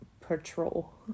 patrol